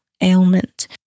ailment